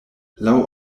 laŭ